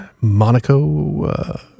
Monaco